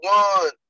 one